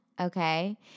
okay